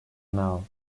now